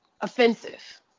offensive